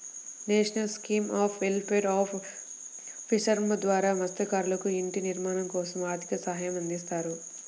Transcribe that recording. national scheme of welfare of fishermen ద్వారా మత్స్యకారులకు ఇంటి నిర్మాణం కోసం ఆర్థిక సహాయం అందిస్తారు